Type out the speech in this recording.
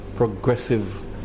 progressive